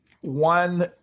one